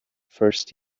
first